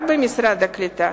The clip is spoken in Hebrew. רק במשרד הקליטה,